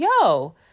yo